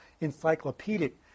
encyclopedic